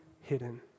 hidden